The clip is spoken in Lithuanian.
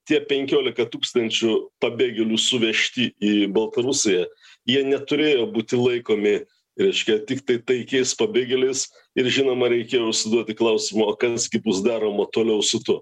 tie penkiolika tūkstančių pabėgėlių suvežti į baltarusiją jie neturėjo būti laikomi reiškia tiktai taikiais pabėgėliais ir žinoma reikėjo užsiduoti klausimą o kas gi bus daroma toliau su tuo